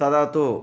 तदा तु